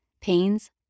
Pains